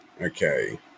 Okay